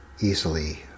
easily